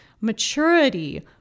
maturity